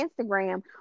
Instagram